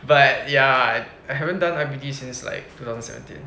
but ya I haven't done like I_P_P_T since like two thousand seventeen